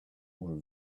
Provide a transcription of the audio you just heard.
were